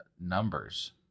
Numbers